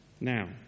Now